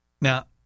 Now